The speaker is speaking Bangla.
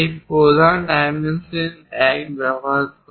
এই প্রধান ডাইমেনশন এক ব্যবহার করে